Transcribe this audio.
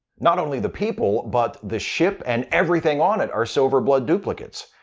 not only the people, but the ship and everything on it are silver blood duplicates.